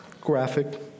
graphic